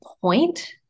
point